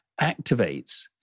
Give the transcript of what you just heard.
activates